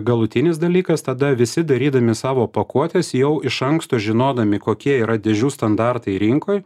galutinis dalykas tada visi darydami savo pakuotes jau iš anksto žinodami kokie yra dėžių standartai rinkoj